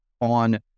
on